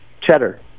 Cheddar